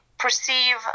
perceive